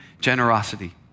generosity